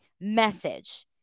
message